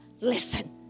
listen